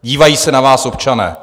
Dívají se na vás občané.